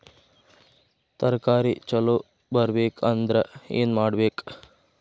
ತರಕಾರಿ ಛಲೋ ಬರ್ಬೆಕ್ ಅಂದ್ರ್ ಏನು ಮಾಡ್ಬೇಕ್?